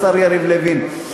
השר יריב לוין,